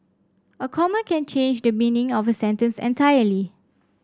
a comma can change the meaning of a sentence entirely